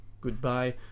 goodbye